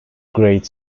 grade